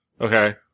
okay